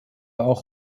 auch